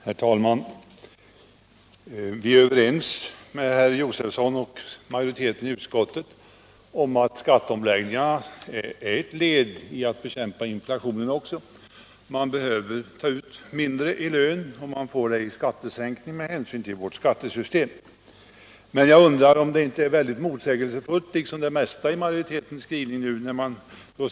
Herr talman! Vi är överens med herr Josefson och majoriteten i utskottet om att skatteomläggningarna också är ett led i bekämpandet av inflationen. Med hänsyn till vårt skattesystem behöver man ta ut mindre i löneökning om man får en skattesänkning. Men det här är liksom det mesta i majoritetens skrivning motsägelsefullt.